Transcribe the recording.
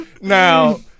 Now